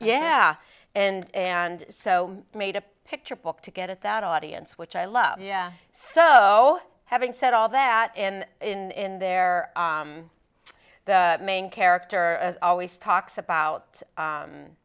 yeah and and so i made a picture book to get at that audience which i love yeah so having said all that and in there the main character always talks about